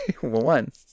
One